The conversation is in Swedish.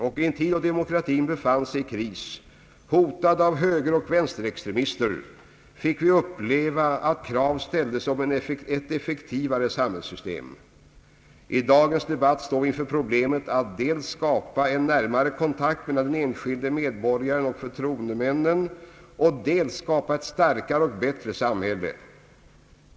I en tid då demokratin befann sig i kris, hotad av högeroch vänsterextremister, fick vi uppleva att krav ställdes på ett effektivare samhällssystem. I dagens debatt står vi inför problemet att dels skapa en närmare kontakt mellan den enskilde medborgaren och förtroendemännen, dels skapa ett starkare och bättre samhälle.